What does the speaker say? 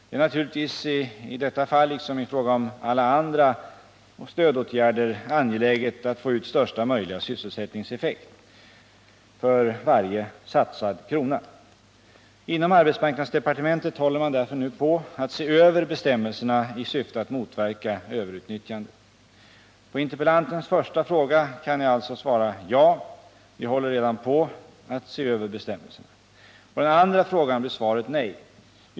Det är naturligtvis i detta fall, liksom i fråga om alla andra stödåtgärder, angeläget att få ut största möjliga sysselsättningseffekt för varje satsad krona. Inom arbetsmarknadsdepartementet håller man därför nu på att se över bestämmelserna i syfte att motverka överutnyttjande. På interpellantens första fråga kan jag alltså svara ja. Vi håller redan på att se över bestämmelserna. På den andra frågan blir svaret nej.